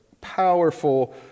powerful